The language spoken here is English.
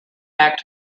back